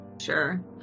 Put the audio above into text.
Sure